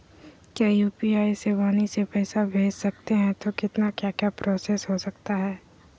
क्या यू.पी.आई से वाणी से पैसा भेज सकते हैं तो कितना क्या क्या प्रोसेस हो सकता है?